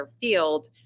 field